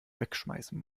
wegschmeißen